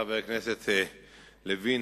חבר הכנסת לוין,